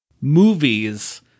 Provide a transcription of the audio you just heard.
movies